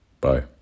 Bye